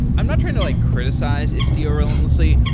i'm not trying to like criticize istio relentlessly,